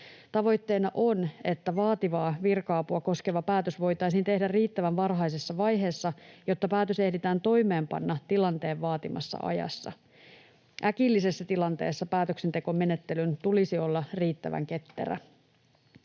Tavoitteena on, että vaativaa virka-apua koskeva päätös voitaisiin tehdä riittävän varhaisessa vaiheessa, jotta päätös ehditään toimeenpanna tilanteen vaatimassa ajassa. Äkillisessä tilanteessa päätöksentekomenettelyn tulisi olla riittävän ketterä.